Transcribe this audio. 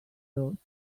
tot